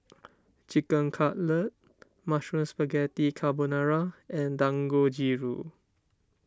Chicken Cutlet Mushroom Spaghetti Carbonara and Dangojiru